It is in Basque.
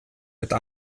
eta